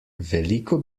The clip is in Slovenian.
veliko